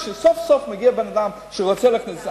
כשסוף-סוף מגיע בן-אדם שרוצה להכניס את זה,